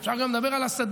ואפשר לדבר גם על הסדיר,